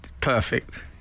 perfect